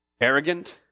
arrogant